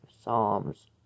psalms